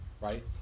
right